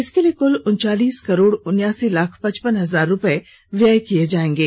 इसके लिए कुल उनचालीस करोड़ उनयासी लाख पचपन हजार रुपए व्यय किए जाएंगे